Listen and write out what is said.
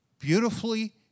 Beautifully